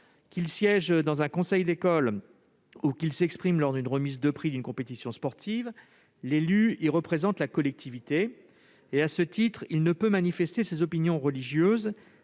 Qu'il siège dans un conseil d'école ou qu'il s'exprime lors d'une remise de prix d'une compétition sportive, l'élu y représente la collectivité. À ce titre, il ne peut manifester ses opinions religieuses